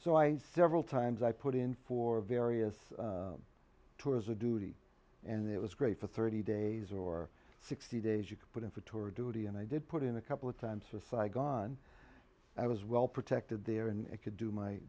so i several times i put in for various tours of duty and it was great for thirty days or sixty days you could put in for tour duty and i did put in a couple of times for saigon i was well protected there and could do my